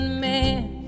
man